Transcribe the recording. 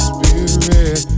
Spirit